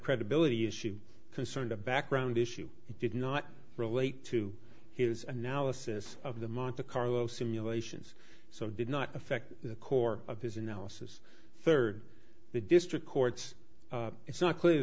credibility issue concerned a background issue it did not relate to his analysis of the monte carlo simulations so did not affect the core of his analysis third the district courts it's not clear